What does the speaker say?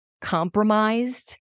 compromised